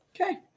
Okay